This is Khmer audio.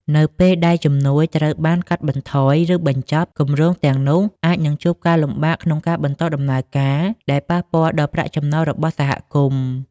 នៅពេលដែលជំនួយត្រូវបានកាត់បន្ថយ ឬបញ្ចប់ គម្រោងទាំងនោះអាចនឹងជួបការលំបាកក្នុងការបន្តដំណើរការ ដែលប៉ះពាល់ដល់ប្រាក់ចំណូលរបស់សហគមន៍។